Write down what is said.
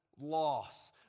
loss